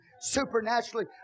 supernaturally